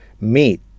meat